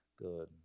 good